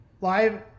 live